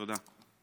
תודה.